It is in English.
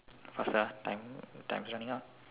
faster time time is running out